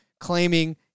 claiming